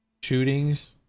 shootings